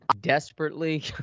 Desperately